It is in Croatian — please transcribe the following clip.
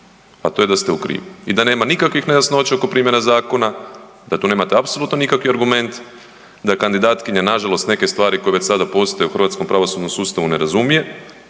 a to je da ste u krivu i da nema nikakvih nejasnoća oko primjene zakona, da tu nemate apsolutno nikakav argument da je kandidatkinja nažalost neke stvari koje već sada postoje u hrvatskom pravosudnom sustavu ne razumije